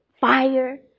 fire